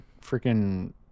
freaking